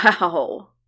Wow